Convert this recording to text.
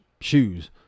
shoes